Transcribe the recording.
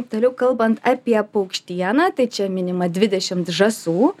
toliau kalbant apie paukštieną tai čia minima dvidešimt žąsų